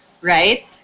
Right